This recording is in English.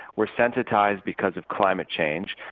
we're sensitized because of climate change,